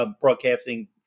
broadcasting